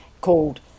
called